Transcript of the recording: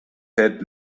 had